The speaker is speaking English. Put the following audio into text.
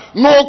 no